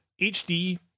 hd